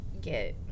get